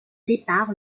départ